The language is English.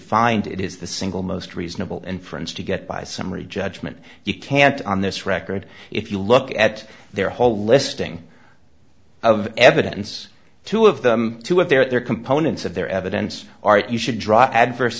find it is the single most reasonable inference to get by summary judgment you can't on this record if you look at their whole listing of evidence two of them to what their components of their evidence are you should drop adverse